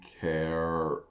care